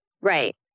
Right